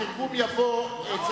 התרגום יבוא.